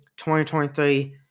2023